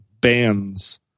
bands